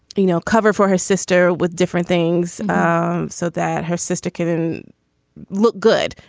you know, cover for her sister with different things um so that her sister can look good.